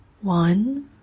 one